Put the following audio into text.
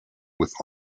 with